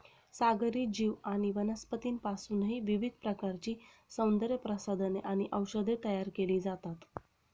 सागरी जीव आणि वनस्पतींपासूनही विविध प्रकारची सौंदर्यप्रसाधने आणि औषधे तयार केली जातात